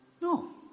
No